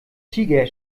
tiger